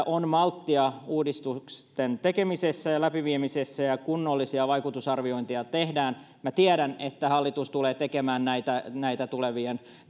on malttia uudistusten tekemisessä ja läpiviemisessä ja kunnollisia vaikutusarviointeja tehdään tiedän että hallitus tulee tekemään näitä näitä tulevien